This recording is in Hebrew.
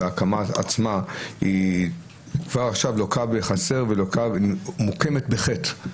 וההקמה עצמה היא כבר עכשיו לוקה בחסר והיא מוקמת בחטא,